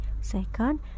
Second